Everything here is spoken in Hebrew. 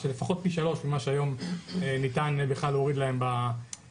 לפחות פי שלושה ממה שהיום ניתן בכלל להוריד להם בשכר,